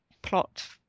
plot